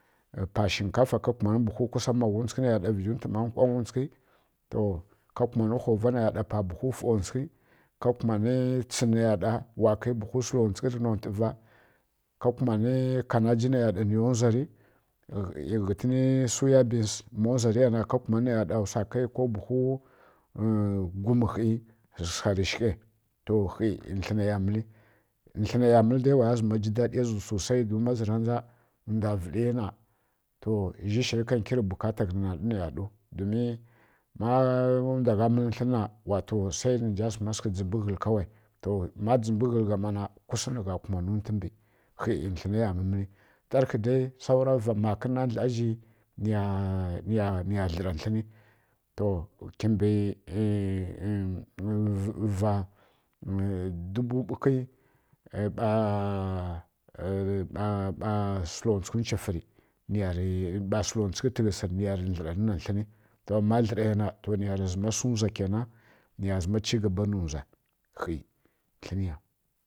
Pa sinƙafa waya mbani kumani buhu magwuntsikǝ tǝ nontǝ vizhi ma nkwangyǝntsukǝ a kumanǝ hova nai ya ɗa pa buhu mfwonwtsughi ka kumanǝ tsǝn nai ya ɗa nza kau buhu sǝlawntsukǝ rǝ nontǝ va ka kumanǝ kanaji nai ya ɗa niya wzari ghǝtǝni suya binsi maya wzari na ka kumani naiya ɗa har niza kai ko buhu gwumǝ khi sǝgha rǝ shighai kha tlǝnai ya mǝlǝ tlǝnaiya mǝlǝ dai mazǝran dza ndwa vǝli yi na to zha shinǝ mi ka kuman biyan bukata naiya ɗau domin ma ndwa gha mǝlǝ tlǝn na wato sai nja zǝma sǝghǝ dzimbǝ gfhǝl kha to ma dzǝmbǝ ghǝl gha ˈma na kusǝ nǝgha kumanǝ ntwu mbi khi tlǝnai ya mǝmǝli tarkhǝ da saura va makǝn ra dla kazhi niya dlǝra tlǝni to kimbi va dubu ɓughi ɓa sǝlanwtsughǝ tǝghǝsǝri niyarǝ dlǝra nina tlǝn to maya dlǝra nina tlǝn na to niyarǝ zǝma sǝ wza kǝnan niya zǝma chi gaba nǝ wza khi tlǝn ya